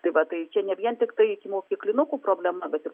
tai va tai čia ne vien tiktai ikimokyklinukų problema bet ir